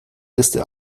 liste